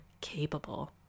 capable